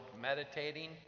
meditating